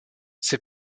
ses